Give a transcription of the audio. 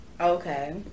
Okay